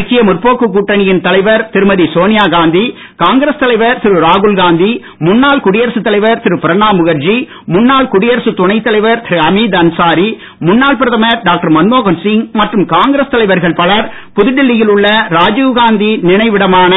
ஐக்கிய முற்போக்கு கூட்டணியின் தலைவர் திருமதி சோனியாகாந்தி காங்கிரஸ் தலைவர் திரு ராகுல்காந்தி முன்னாள் குடியரசு தலைவர் திரு பிரணாப்முகர்ஜி முன்னாள் குடியரசு துணைத் தலைவர் திரு அமீத் அன்சாரி முன்னாள் பிரதமர் டாக்டர் மன்மோகன்சிங் மற்றும் காங்கிரஸ் தலைவர்கள் பலர் புதுடெல்லியில் உள்ள ராஜீவ்காந்தி நினைவிடமான